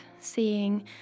seeing